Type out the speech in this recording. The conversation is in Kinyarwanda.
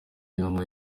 intumwa